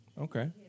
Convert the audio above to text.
Okay